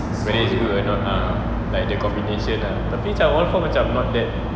whether it's good or not lah like the combination tapi macam all four macam not that